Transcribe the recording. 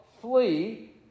flee